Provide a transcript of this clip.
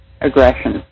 aggression